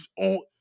on